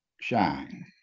shine